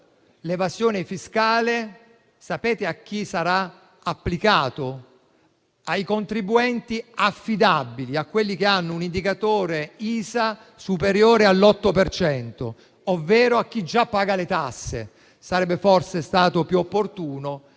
l’evasione fiscale, sapete a chi sarà applicato? Ai contribuenti affidabili, a quelli che hanno un indicatore ISA superiore all’8 per cento, ovvero a chi già paga le tasse. Sarebbe forse stato più opportuno